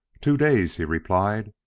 two days! he replied.